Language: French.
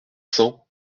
cents